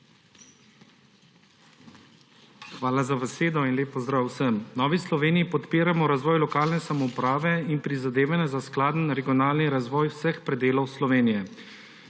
Hvala za besedo in lep pozdrav vsem. V Novi Sloveniji podpiramo razvoj lokalne samouprave in prizadevanja za skladen regionalni razvoj vseh predelov Slovenije.